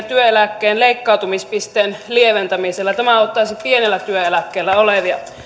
työeläkkeen leikkautumispisteen lieventämisellä tämä auttaisi pienellä työeläkkeellä olevia